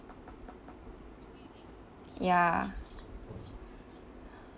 ya